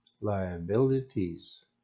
liabilities